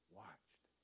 watched